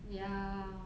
ya